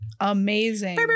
Amazing